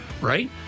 right